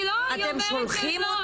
לא, היא אומרת שלא.